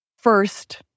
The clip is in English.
first